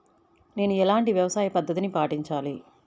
నేను ఎలాంటి వ్యవసాయ పద్ధతిని పాటించాలి?